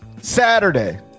Saturday